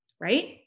right